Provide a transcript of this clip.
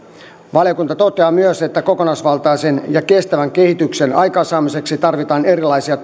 valiokunta toteaa myös että kokonaisvaltaisen ja kestävän kehityksen aikaansaamiseksi tarvitaan erilaisia